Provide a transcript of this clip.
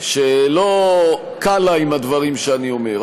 שלא קל לה עם הדברים שאני אומר,